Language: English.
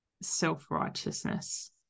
self-righteousness